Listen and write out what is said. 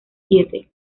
siete